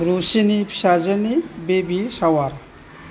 रुचिनि फिसाजोनि बेबि सावार